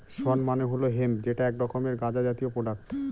শণ মানে হল হেম্প যেটা এক ধরনের গাঁজা জাতীয় প্রোডাক্ট